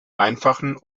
einfachen